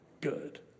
good